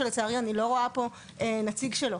שלצערי אני לא רואה פה נציג שלו.